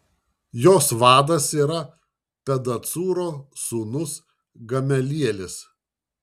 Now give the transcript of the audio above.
jos vadas yra pedacūro sūnus gamelielis